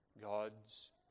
God's